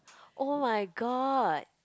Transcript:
[oh]-my-god